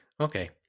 Okay